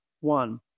one